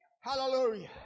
Hallelujah